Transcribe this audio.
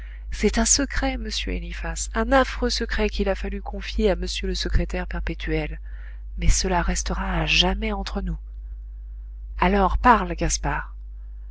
c'est un secret monsieur eliphas un affreux secret qu'il a fallu confier à m le secrétaire perpétuel mais cela restera à jamais entre nous alors parle gaspard